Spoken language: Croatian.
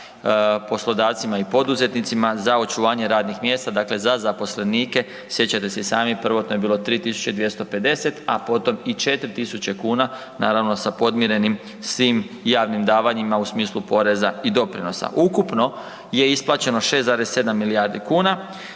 poslodavcima i poduzetnicima za očuvanje radnih mjesta, dakle za zaposlenike. Sjećate se i sami prvotno je bilo 3.250, a potom i 4.000 kuna sa podmirenim svim javnim davanjima u smislu poreza i doprinosa. Ukupno je isplaćeno 6,7 milijardi kuna,